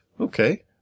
Okay